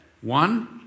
One